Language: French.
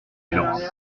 silence